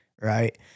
right